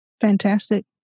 Fantastic